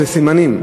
הן סימנים,